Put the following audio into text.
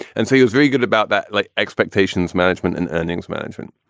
and so it was very good about that like expectations management and earnings management.